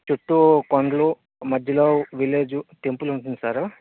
చుట్టూ కొండలు మధ్యలో విలేజ్ టెంపుల్ ఉంటుంది సార్